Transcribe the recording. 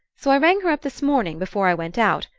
so i rang her up this morning, before i went out,